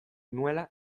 nuela